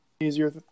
easier